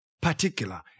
particular